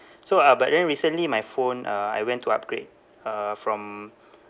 so uh but then recently my phone uh I went to upgrade uh from